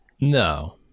no